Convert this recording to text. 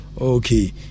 Okay